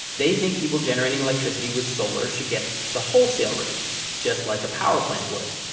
they think people generating electricity with solar should get the wholesale rate just like a power plant would.